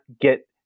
get